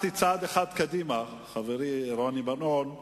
אחד מחזירים אותן.